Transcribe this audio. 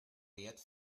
wert